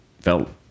felt